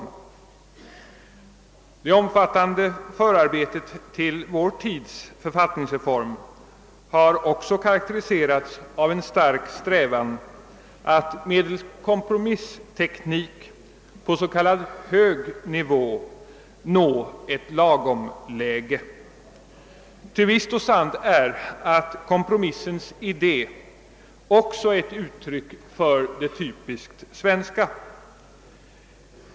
Det omfattande förarbetet till vår tids författningsreform har också karakteriserats av en stark strävan att medelst kompromissteknik på s.k. hög nivå nå ett lagomläge. Ty visst och sant är att kompromissens idé också är ett uttryck för det typiskt svenska.